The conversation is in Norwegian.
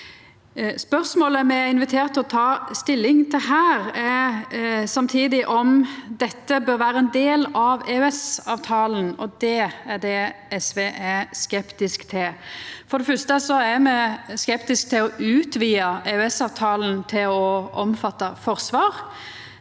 Spørsmålet me er inviterte til å ta stilling til her, er samtidig om dette bør vera ein del av EØS-avtalen. Det er det SV er skeptisk til. For det fyrste er me skeptiske til å utvida EØS-avtalen til å omfatta forsvar.